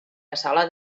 cassola